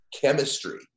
chemistry